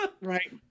Right